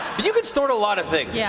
you could snort a lot of things. yeah